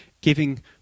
giving